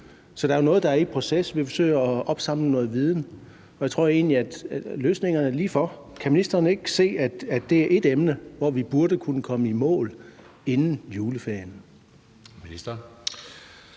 Så der er jo noget, der er i proces. Vi forsøger at opsamle noget viden, og jeg tror egentlig, at løsningerne er lige for. Kan ministeren ikke se, at det er ét emne, hvor vi burde kunne komme i mål inden juleferien?